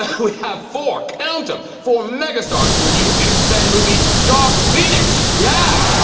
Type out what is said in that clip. who? have four count'em four mega stars from the new x-men movie dark, phoenix yeah